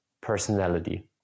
personality